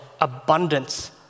abundance